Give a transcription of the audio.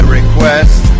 request